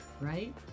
Right